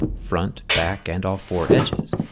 front, back, and all four edges.